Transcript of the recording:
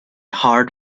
hard